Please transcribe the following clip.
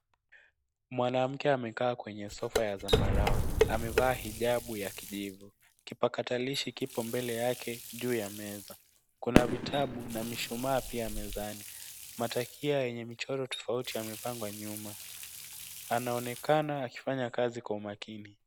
Mwanamke amekaa kwenye sofa ya zambarau, amevaa hijabu ya kijivu, kipakatalishi kipo mbele yake juu ya meza. Kuna vitabu na mishumaa pia mezani. Matakia yenye michoro tofauti yamepangwa nyuma, anaonekana akifanya kazi kwa umakini.